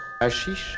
Ashish